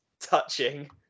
touching